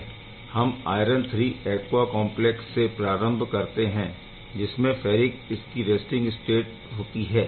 हम iron III aqua complex से प्रारम्भ करते है जिसमें फैरिक इसकी रैस्टिंग स्टेट होती है